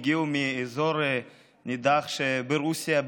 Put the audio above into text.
הם הגיעו מאזור נידח שברוסיה,